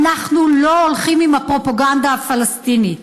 אנחנו לא הולכים עם הפרופגנדה הפלסטינית.